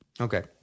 Okay